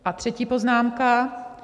A třetí poznámka.